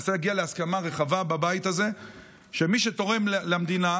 ומנסה להגיע להסכמה רחבה בבית הזה שמי שתורם למדינה,